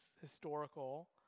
historical